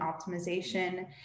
optimization